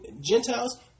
Gentiles